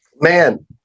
man